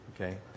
Okay